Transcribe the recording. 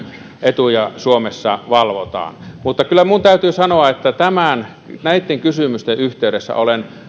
etuja suomessa valvotaan mutta kyllä minun täytyy sanoa että näitten kysymysten yhteydessä olen